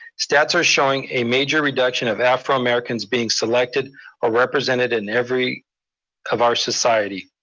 stats are showing a major reductions of afro-americans being selected or represented in every of our society.